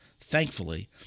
Thankfully